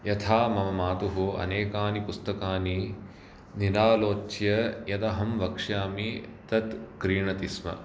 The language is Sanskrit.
यथा मम मातुः अनेकानि पुस्तकानि निरालोच्य यदहं वक्ष्यामि तत् क्रीणति स्म